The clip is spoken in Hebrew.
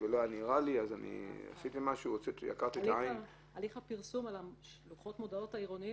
הליך הפרסום בלוחות המודעות העירוניים